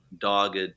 dogged